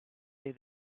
say